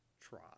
try